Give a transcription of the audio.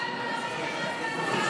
למה אתה לא מתייחס להצעה?